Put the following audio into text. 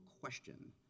question